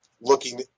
looking